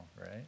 Right